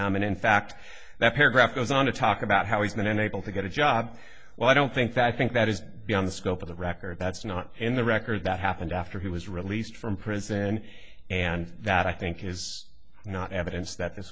advice and in fact that paragraph goes on to talk about how he's been unable to get a job well i don't think that i think that is beyond the scope of the record that's not in the record that happened after he was released from prison and that i think is not evidence that